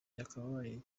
yakabaye